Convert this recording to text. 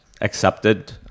accepted